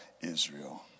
Israel